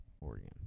Oregon